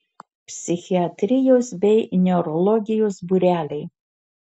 psichiatrijos bei neurologijos būreliai